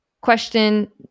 Question